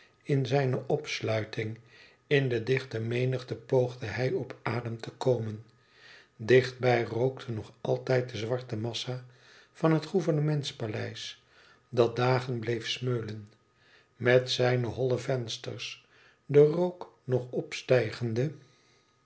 in zijne opsluiting in de dichte menigte poogde hij op adem te komen dichtbij rookte nog altijd de zwarte massa van het gouvernements paleis dat dagen bleef smeulen met zijne holle vensters de rook nog opstijgende